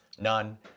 None